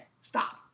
stop